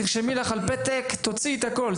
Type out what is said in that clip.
תרשמי על פתק ותוציאי את הכול.